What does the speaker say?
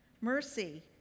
Mercy